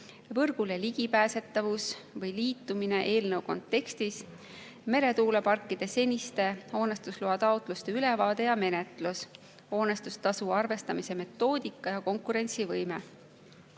võrgule ligipääsetavus või liitumine eelnõu kontekstis; meretuuleparkide seniste hoonestusloataotluste ülevaade ja menetlus; hoonestustasu arvestamise metoodika ja konkurentsivõime.17.